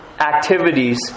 activities